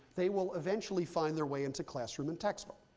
they will eventually find their way into classroom and textbook.